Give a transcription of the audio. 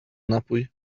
napój